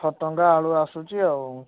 ଅଠର ଟଙ୍କା ଆଳୁ ଆସୁଛି ଆଉ